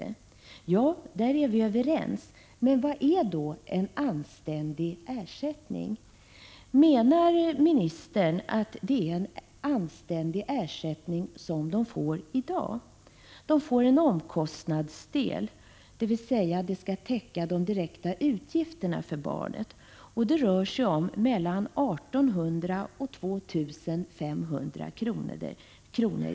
På den punkten är vi överens. Men vad är en ”anständig ersättning”? Menar ministern att det är en anständig ersättning som familjehemsföräldrarna i dag får? Familjehemsföräldrarnas ersättning delas upp i en omkostnadsdel, som skall täcka de direkta utgifterna för barnet, och en arvodesdel. När det gäller omkostnadsdelen rör det sig om mellan 1 800 och 2 500 kr.